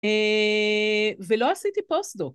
ווילוסיטי פוסט דוק.